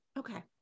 okay